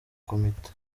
komite